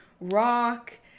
rock